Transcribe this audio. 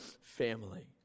family